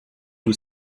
you